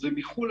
חוזרים מחו"ל,